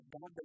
God